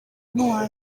nk’uwa